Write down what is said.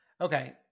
Okay